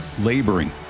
laboring